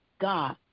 God